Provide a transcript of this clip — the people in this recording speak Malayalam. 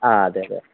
ആ അതെ അതെ